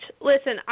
Listen